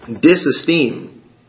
disesteem